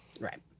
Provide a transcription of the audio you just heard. Right